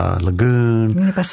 lagoon